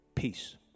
Peace